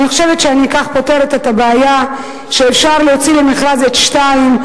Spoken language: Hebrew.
חושבת שאני כך פותרת את הבעיה שאפשר להוציא למכרז את 2,